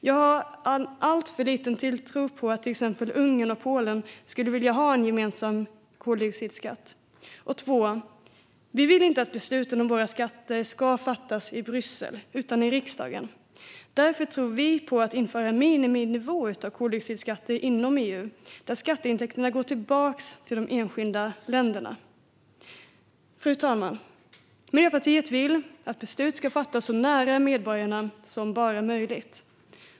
Jag har en alltför liten tilltro till att till exempel Ungern och Polen skulle vilja ha en gemensam koldioxidskatt. Två: Vi vill inte att besluten om våra skatter ska fattas i Bryssel utan i riksdagen. Därför tror vi på att införa en miniminivå av koldioxidskatter inom EU där skatteintäkterna går tillbaka till de enskilda länderna. Fru talman! Miljöpartiet vill att beslut ska fattas så nära medborgarna som det bara är möjligt.